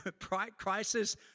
Crisis